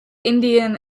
indian